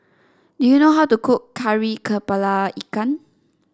do you know how to cook Kari kepala Ikan